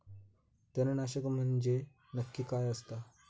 तणनाशक म्हंजे नक्की काय असता?